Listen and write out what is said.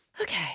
okay